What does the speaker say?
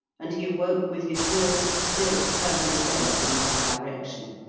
and he awoke with his will still firmly bent in one direction.